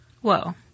Whoa